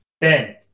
Ben